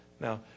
Now